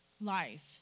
life